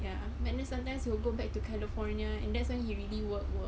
ya and then sometimes he will go back to california and that's when he really work work